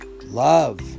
love